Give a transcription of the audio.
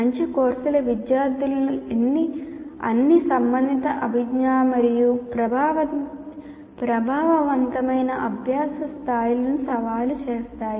మంచి కోర్సులు విద్యార్థులను అన్ని సంబంధిత అభిజ్ఞా మరియు ప్రభావవంతమైన అభ్యాస స్థాయిలకు సవాలు చేస్తాయి